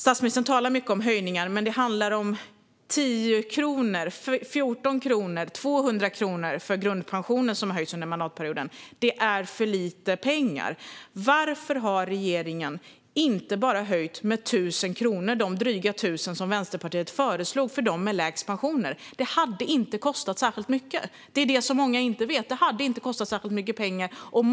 Statsministern talar mycket om höjningar, men det handlar om en höjning på 10 kronor, 14 kronor eller 200 kronor för grundpensionen under mandatperioden. Det är för lite pengar. Varför har regeringen inte bara höjt med de dryga 1 000 kronor som Vänsterpartiet föreslog för dem med lägst pensioner? Det hade inte kostat särskilt mycket. Det är många som inte vet att det inte hade kostat särskilt mycket.